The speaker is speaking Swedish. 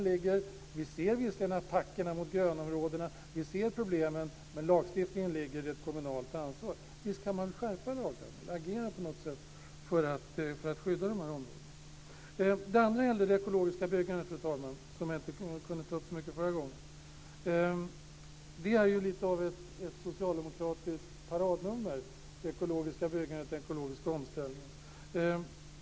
Vi ser visserligen attackerna mot grönområdena, vi ser problemen, men i lagstiftningen ligger ett kommunalt ansvar. Visst kan man väl skärpa lagarna och agera på något sätt för att skydda de här områdena. Det andra gäller det ekologiska byggandet, fru talman, som jag inte hann ta upp så mycket i mitt förra inlägg. Det ekologiska byggandet och den ekologiska omställningen är ju lite av ett socialdemokratiskt paradnummer.